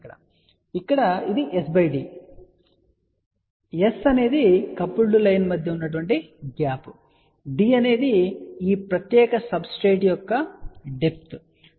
కాబట్టి ఇక్కడ ఇది s d ను చూపిస్తుంది కాబట్టి s అనేది కపుల్డ్ లైన్ మధ్య ఉన్న గ్యాప్ మరియు d ఈ ప్రత్యేక సబ్స్ట్రెట్ యొక్క డెప్త్ లోతు